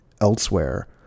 elsewhere